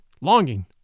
longing